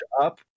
up